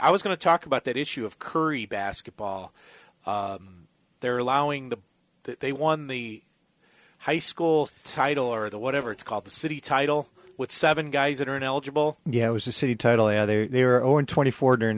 i was going to talk about that issue of curry basketball they're allowing the they won the high school's title or the whatever it's called the city title with seven guys that are ineligible yeah it was a city title yeah they're all in twenty four during